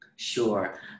Sure